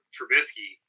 Trubisky